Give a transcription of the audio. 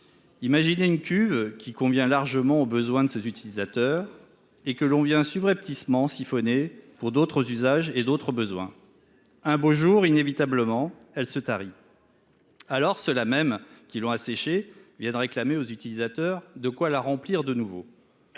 imaginez une cuve qui convient largement aux besoins de ses utilisateurs et que l’on vient subrepticement siphonner pour d’autres usages et d’autres besoins. Un beau jour, inévitablement, elle se tarit. Alors, ceux là mêmes qui l’ont asséchée viennent réclamer aux utilisateurs de quoi la remplir de nouveau.